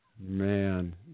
Man